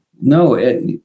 no